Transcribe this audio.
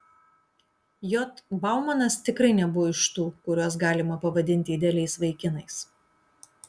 j baumanas tikrai nebuvo iš tų kuriuos galima pavadinti idealiais vaikinais